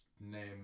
name